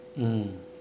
mm